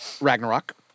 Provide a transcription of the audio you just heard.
Ragnarok